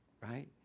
Right